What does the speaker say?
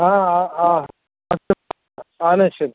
हा हा हा अस्तु आनश्यन्